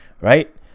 right